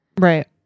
Right